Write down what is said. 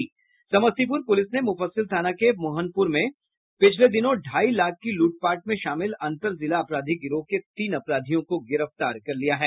Samastipur police ने मुफ्फसिल थाना के मोहनपूर में पिछले दिनों ढ़ाई लाख की लूटपाट में शामिल अंतर जिला अपराधी गिरोह के तीन अपराधियों को गिरफ्तार कर लिया है